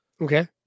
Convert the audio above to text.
Okay